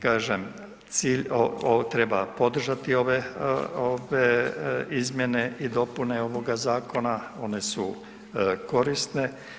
Kažem, cilj treba podržati ove izmjene i dopune ovoga zakona, one su korisne.